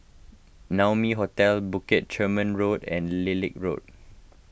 Naumi Hotel Bukit Chermin Road and Lilac Road